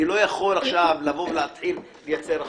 אני לא יכול עכשיו להתחיל לייצר החרגה.